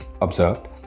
observed